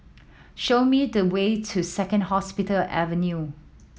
show me the way to Second Hospital Avenue